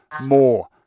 more